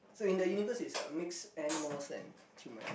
so in the universe it's a mix animals and human